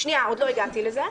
עוד לא הגעתי לזה.